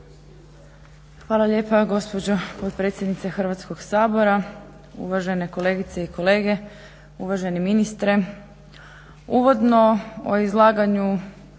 Hvala lijepa gospođo potpredsjednice Hrvatskog sabora, uvažene kolegice i kolege, uvaženi ministre. Uvodno u izlaganju